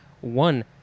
One